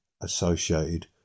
associated